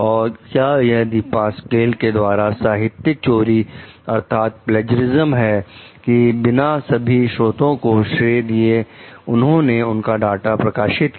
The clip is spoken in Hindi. और क्या यह दीपासक्वेल के द्वारा साहित्यिक चोरी अर्थात है कि बिना सभी स्रोतों को श्रेय दिए उन्होंने उनका डाटा प्रकाशित किया